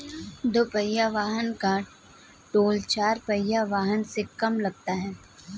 दुपहिया वाहन का टोल चार पहिया वाहन से कम लगता है